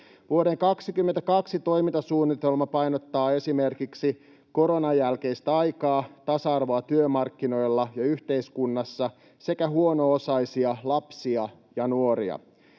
Vuoden 22 toimintasuunnitelma painottaa esimerkiksi koronan jälkeistä aikaa, tasa-arvoa työmarkkinoilla ja yhteiskunnassa, sekä huono-osaisia lapsia ja nuoria.